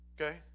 okay